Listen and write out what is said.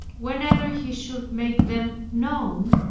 whenever he should make them known,